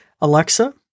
Alexa